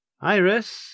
Iris